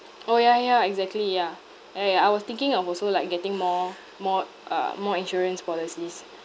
orh ya ya exactly ya ah ya I was thinking of also like getting more more uh more insurance policies